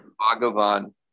Bhagavan